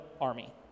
army